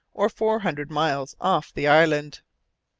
or four hundred miles, off the island.